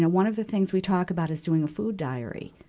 one of the things we talk about is doing a food diary,